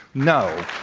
no.